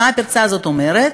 מה הפרצה הזאת אומרת?